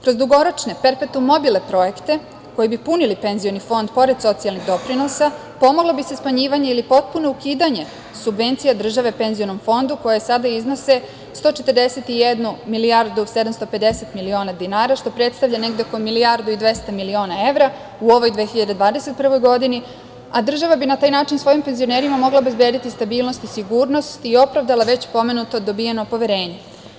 Kroz dugoročne perpetum mobile projekte koji bi punili penzioni fond, pored socijalnih doprinosa, pomoglo bi se smanjivanje ili potpuno ukidanje subvencija države penzionom fondu, koje sada iznose 141.750.000.0000 dinara, što predstavlja negde oko 1.200.000.000 evra u 2021. godini, država bi na taj način svojim penzionerima mogla obezbediti stabilnost i sigurnost i opravdala već pomenuto dobijeno poverenje.